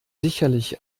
sicherlich